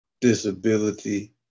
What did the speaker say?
disability